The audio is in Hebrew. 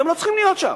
אתם לא צריכים להיות שם.